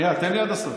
שנייה, תן לי עד הסוף.